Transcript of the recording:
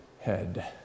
head